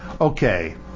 Okay